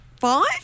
five